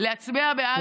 להצביע בעד,